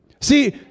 See